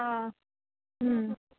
आं